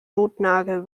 notnagel